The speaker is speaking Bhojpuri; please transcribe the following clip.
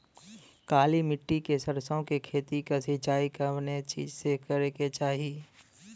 काली मिट्टी के सरसों के खेत क सिंचाई कवने चीज़से करेके चाही?